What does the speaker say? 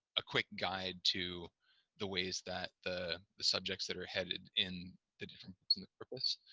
a quick guide to the ways that the the subjects that are headed in the different books in the corpus